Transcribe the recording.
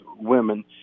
women